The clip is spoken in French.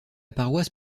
paroisse